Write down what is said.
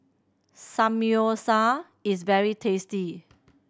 samgyeopsal is very tasty